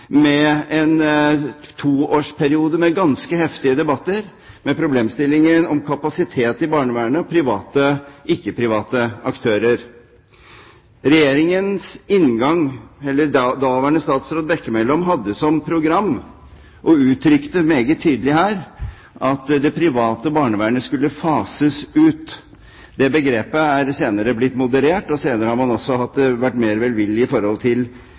med en toårsperiode med ganske heftige debatter, med problemstillingen om kapasitet i barnevernet og private kontra ikke-private aktører. Daværende statsråd Bekkemellem hadde som program – og uttrykte meget tydelig her – at det private barnevernet skulle fases ut. Det begrepet er senere blitt moderert, og senere har man også vært mer velvillig i forhold til